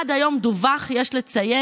עד היום דווח, יש לציין,